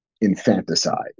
infanticide